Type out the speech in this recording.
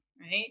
right